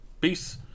Peace